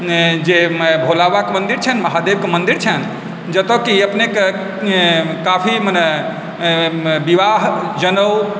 जे भोलाबाबाके मन्दिर छनि महादेवके मन्दिर छनि जतऽ कि अपनेके काफी मने विवाह जनेउ